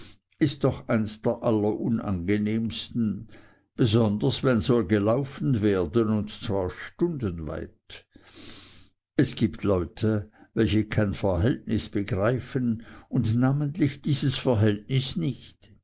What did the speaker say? ist doch eins der allerunangenehmsten besonders wenn soll gelaufen werden und zwar stundenweit es gibt leute welche kein verhältnis begreifen und namentlich dieses verhältnis nicht